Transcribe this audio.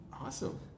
Awesome